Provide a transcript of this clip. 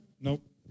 Nope